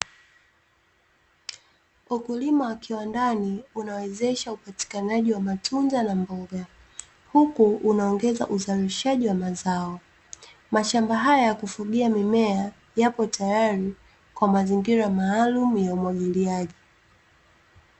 Ukilima wa kiwandani unawezesha upatikanaji wa matunda na mboga, huku unaongeza uzaalishani wa mazao, mashamba haya ya kufugia mimea yapo tayari kwa mazingira maalum ya umwagiliaji.